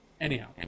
Anyhow